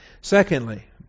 Secondly